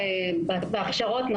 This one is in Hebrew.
זה נכון לגבי ההכשרות.